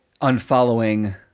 unfollowing